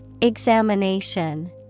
Examination